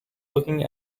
looking